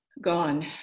Gone